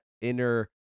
inner